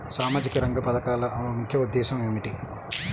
సామాజిక రంగ పథకాల ముఖ్య ఉద్దేశం ఏమిటీ?